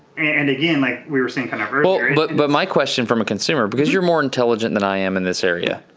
and again like we were saying kind of earlier but but my question from a consumer, because you're more intelligent than i am in this area.